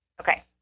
Okay